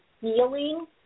feeling